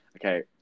Okay